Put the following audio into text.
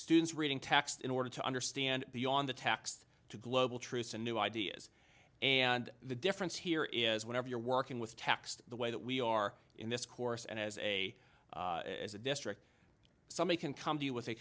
students reading text in order to understand the on the text to global truths and new ideas and the difference here is whenever you're working with text the way that we are in this course and as a as a district somebody can come to you with a